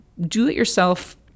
do-it-yourself